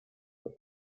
for